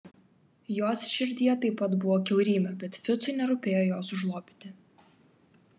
jos širdyje taip pat buvo kiaurymė bet ficui nerūpėjo jos užlopyti